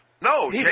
No